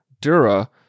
dura